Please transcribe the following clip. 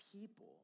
people